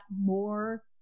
more